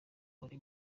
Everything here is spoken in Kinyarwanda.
uri